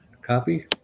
Copy